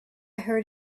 heard